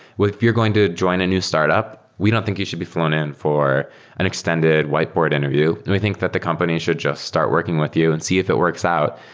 if you're going to join a new startup, we don't think you should be flown in for an extended whiteboard interview. and we think that the company should just start working with you and see if it works out.